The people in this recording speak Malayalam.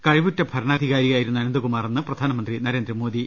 കഴിവുറ്റ ഭരണാധിക്കാരിയായിരുന്നു അന ന്തകുമാറെന്ന് പ്രധാനമന്ത്രി നരേന്ദ്രമോദി